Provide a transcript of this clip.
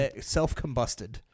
self-combusted